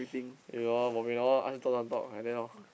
you orh orh ask you talk don't want talk lke that lor